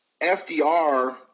FDR